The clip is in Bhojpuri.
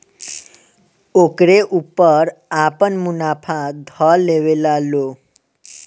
ओकरे ऊपर आपन मुनाफा ध लेवेला लो